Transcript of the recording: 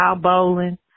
bowling